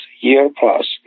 year-plus